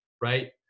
right